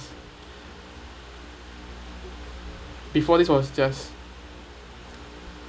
before this was just